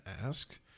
ask